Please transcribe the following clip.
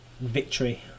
victory